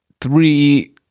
three